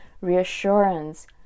reassurance